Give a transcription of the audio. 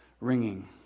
ringing